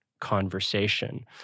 conversation